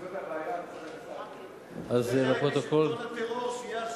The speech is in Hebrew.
זה חלק משלטון הטרור שיהיה עכשיו,